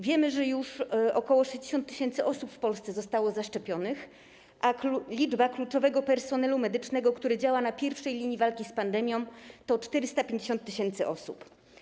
Wiemy, że już ok. 600 tys. osób w Polsce zostało zaszczepionych, a liczba kluczowego personelu medycznego, który działa na pierwszej linii walki z pandemią, to 450 tys. osób.